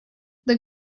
this